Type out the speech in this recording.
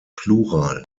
plural